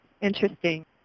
interesting